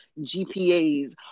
GPAs